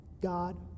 God